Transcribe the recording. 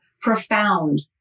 profound